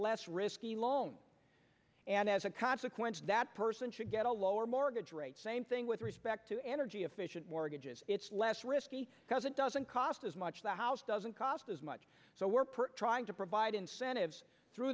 less risky loan and as a consequence that person should get a lower mortgage rate same thing with respect to energy efficient mortgages it's less risky because it doesn't cost as much the house doesn't cost as much so we're trying to provide incentives through